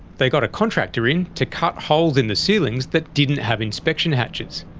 they got a contractor in to cut holes in the ceilings that didn't have inspection hatches.